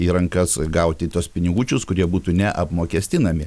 į rankas gauti tuos pinigučius kurie būtų neapmokestinami